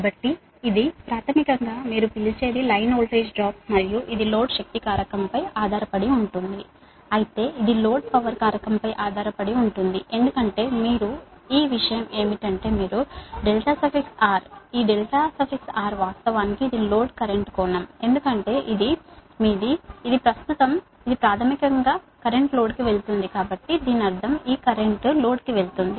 కాబట్టి ఇది ప్రాథమికంగా మీరు పిలిచేది లైన్ వోల్టేజ్ డ్రాప్ మరియు ఇక్కడ లోడ్ పవర్ ఫాక్టర్ పై ఆధారపడి ఉంటుంది ఎందుకంటే మీరు ఈ విషయం ఏమిటంటే మీరు R ఈ R వాస్తవానికి ఇది లోడ్ కరెంట్ కోణం ఎందుకంటే ఇది మీది ఇది ప్రస్తుతము ఇది ఇది ప్రాథమికంగా కరెంట్ లోడ్కు వెళుతుంది కాబట్టి దీని అర్థం ఈ కరెంట్ ఈ కరెంట్ లోడ్కు వెళుతుంది